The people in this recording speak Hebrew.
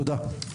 תודה.